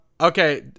Okay